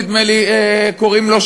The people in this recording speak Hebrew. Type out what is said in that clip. נדמה לי שכך קוראים לו,